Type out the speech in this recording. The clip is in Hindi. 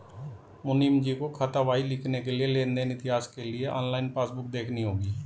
मुनीमजी को खातावाही लिखने के लिए लेन देन इतिहास के लिए ऑनलाइन पासबुक देखनी होगी